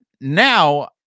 Now –